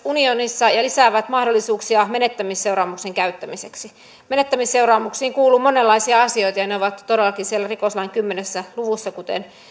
unionissa ja lisäävät mahdollisuuksia menettämisseuraamuksen käyttämiseksi menettämisseuraamuksiin kuuluu monenlaisia asioita ja ne ovat todellakin siellä rikoslain kymmenessä luvussa kuten